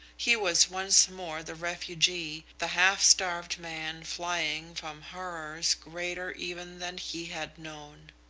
he was once more the refugee, the half-starved man flying from horrors greater even than he had known.